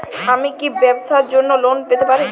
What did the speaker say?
আমি কি ব্যবসার জন্য লোন পেতে পারি?